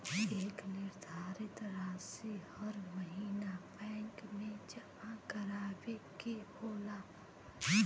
एक निर्धारित रासी हर महीना बैंक मे जमा करावे के होला